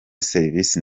serivisi